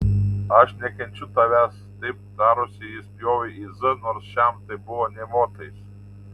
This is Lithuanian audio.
aš nekenčiu tavęs taip tarusi ji spjovė į z nors šiam tai buvo nė motais